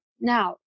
Now